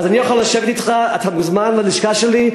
אז אני יכול לשבת אתך, אתה מוזמן ללשכה שלי.